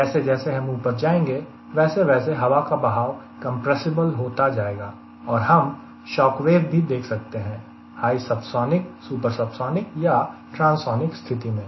जैसे जैसे हम ऊपर जाएंगे वैसे वैसे हवा का बहाव कंप्रेसिबल होता जाएगा और हम शॉकवेव भी देख सकते हैं हाई सबसोनिक सुपरसोनिक या ट्रांसोनिक स्थिति में